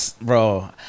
Bro